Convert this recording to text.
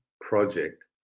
project